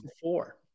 four